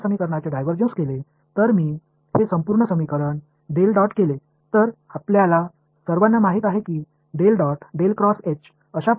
எனவே நான் இங்கே இரண்டாவது டைவர்ஜன்ஸ் சமன்பாட்டினை எடுத்துக் கொண்டால் இந்த முழு சமன்பாட்டையும் நான் செய்தால்